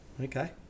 Okay